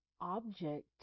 object